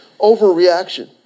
overreaction